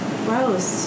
gross